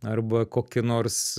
arba kokį nors